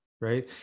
Right